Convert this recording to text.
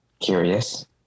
Curious